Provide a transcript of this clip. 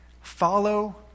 Follow